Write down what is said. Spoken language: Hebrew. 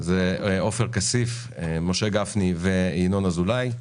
עופר כסיף, משה גפני וינון אזולאי.